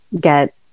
get